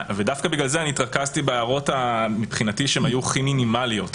ודווקא בגלל זה התרכזתי בהערות מבחינתי שהיו הכי מינימליות.